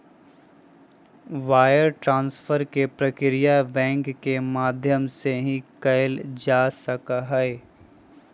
wire transfer के प्रक्रिया bank के माध्यम से ही कइल जा सका हई